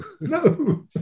No